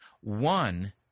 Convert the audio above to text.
One